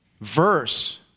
verse